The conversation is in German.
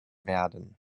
werden